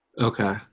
Okay